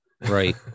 right